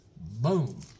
boom